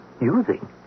Using